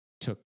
took